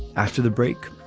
after the break,